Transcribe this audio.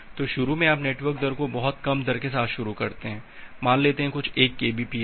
तो शुरू में आप नेटवर्क दर को बहुत कम दर के साथ शुरू करते हैं मान लेते हैं कुछ 1 केबीपीएस हैं